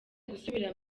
gusubira